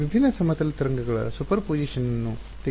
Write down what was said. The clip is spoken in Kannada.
ವಿಭಿನ್ನ ಸಮತಲ ತರಂಗಗಳ ಸೂಪರ್ಪೋಸಿಷನ್ ಅನ್ನು ತೆಗೆದುಕೊಳ್ಳಿ